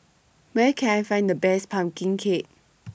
Where Can I Find The Best Pumpkin Cake